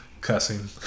Cussing